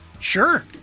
Sure